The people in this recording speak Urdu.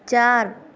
چار